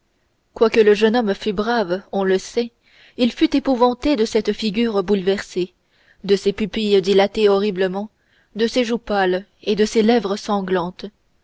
quoique le jeune homme fût brave on le sait il fut épouvanté de cette figure bouleversée de ces pupilles dilatées horriblement de ces joues pâles et de ces lèvres sanglantes